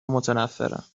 متنفرم